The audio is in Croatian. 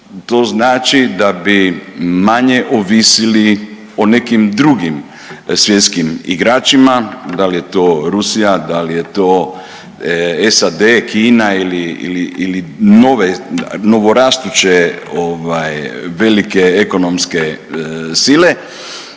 to znači da bi manje ovisili o nekim drugim svjetskim igračima. Da li je to Rusija, da li je to SAD, Kina ili novo rastuće velike ekonomske sile.